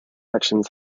actions